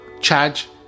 charge